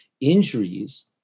injuries